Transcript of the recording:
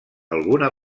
alguna